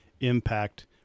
impact